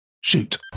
shoot